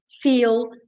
feel